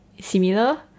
Similar